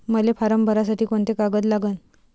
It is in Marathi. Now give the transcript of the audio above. मले फारम भरासाठी कोंते कागद लागन?